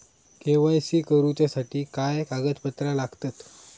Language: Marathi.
के.वाय.सी करूच्यासाठी काय कागदपत्रा लागतत?